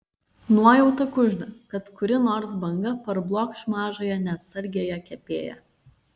nuojauta kužda kad kuri nors banga parblokš mažąją neatsargiąją kepėją